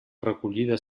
recollida